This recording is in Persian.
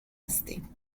هستین